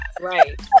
Right